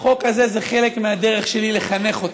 החוק הזה זה חלק מהדרך שלי לחנך אותם,